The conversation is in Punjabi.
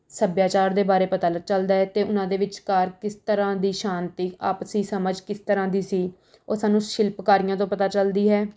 ਸੱਭਿਆਚਾਰ ਦੇ ਬਾਰੇ ਪਤਾ ਲ ਚੱਲਦਾ ਹੈ ਅਤੇ ਉਨ੍ਹਾਂ ਦੇ ਵਿਚਕਾਰ ਕਿਸ ਤਰ੍ਹਾਂ ਦੀ ਸ਼ਾਂਤੀ ਆਪਸੀ ਸਮਝ ਕਿਸ ਤਰ੍ਹਾਂ ਦੀ ਸੀ ਉਹ ਸਾਨੂੰ ਸ਼ਿਲਪਕਾਰੀਆਂ ਤੋਂ ਪਤਾ ਚੱਲਦੀ ਹੈ